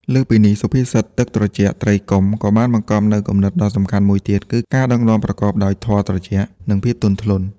លើសពីនេះ សុភាសិត ទឹកត្រជាក់ ត្រីកុំ ក៏បានបង្កប់នូវគំនិតដ៏សំខាន់មួយទៀតគឺ ការដឹកនាំប្រកបដោយធម៌ត្រជាក់ និងភាពទន់ភ្លន់។